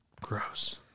Gross